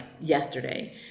yesterday